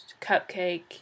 Cupcake